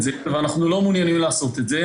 זה ואנחנו לא מעוניינים לעשות את זה.